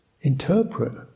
interpret